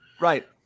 Right